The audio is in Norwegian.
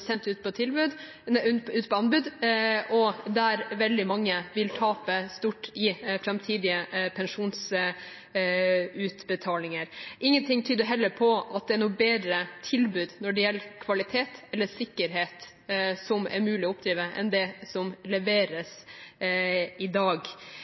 ut på anbud, og der vil veldig mange tape stort i framtidige pensjonsutbetalinger. Ingenting tyder heller på at det er noe bedre tilbud når det gjelder sikkerhet som er mulig å oppdrive, enn det som leveres i dag.